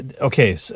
okay